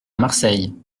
marseille